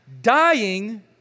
Dying